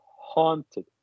haunted